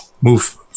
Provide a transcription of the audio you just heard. move